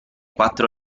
quattro